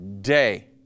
day